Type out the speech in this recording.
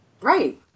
Right